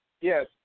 Yes